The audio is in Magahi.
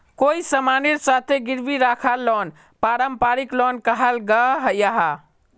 कोए सामानेर साथे गिरवी राखाल लोन पारंपरिक लोन कहाल गयाहा